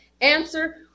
Answer